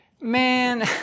man